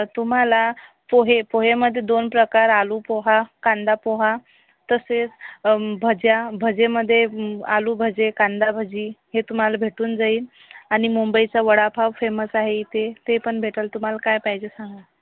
तुम्हाला पोहे पोहे मध्ये दोन प्रकार आलू पोहा कांदा पोहा तसेच भजा भजे मध्ये आलू भजे कांदा भजी हे तुम्हाला भेटून जाईल आणि मुंबईचा वडापाव फेमस आहे इथे ते पण भेटंल तुम्हाला काय पाहिजे सांगा